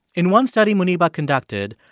in one study muniba conducted,